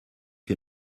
que